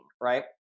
right